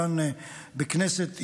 כאן בכנסת ישראל,